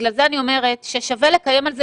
בגלל זה אני אומרת ששווה לקיים על זה